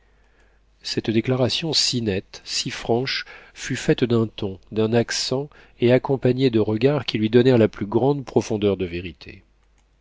cette déclaration si nette si franche fut faite d'un ton d'un accent et accompagnée de regards qui lui donnèrent la plus grande profondeur de vérité